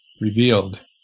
revealed